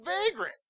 vagrant